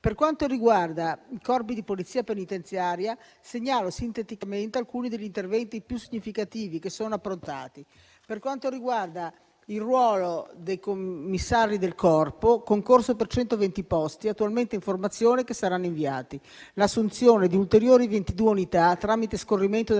Per quanto riguarda il Corpo della Polizia penitenziaria segnalo sinteticamente alcuni degli interventi più significativi che sono approntati. Per quanto riguarda il ruolo dei commissari del Corpo, vi è il concorso per 120 posti, attualmente in formazione, che saranno inviati, e l'assunzione di ulteriori 22 unità tramite scorrimento della